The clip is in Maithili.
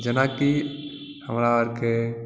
जेनाकि हमरा आरके